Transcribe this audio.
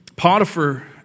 Potiphar